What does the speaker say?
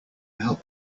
help